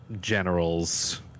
generals